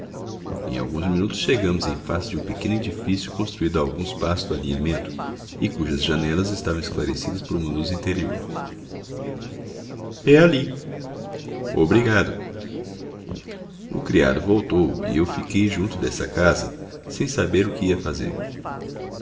em alguns minutos chegamos em face de um pequeno edifício construído a alguns passos do alinhamento e cujas janelas estavam esclarecidas por uma luz interior é ali obrigado o criado voltou e eu fiquei junto dessa casa sem saber o que ia fazer